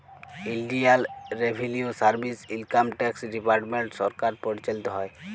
ইলডিয়াল revenue service, income tax department সরকার পরিচালিত হ্যয়